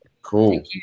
Cool